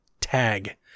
tag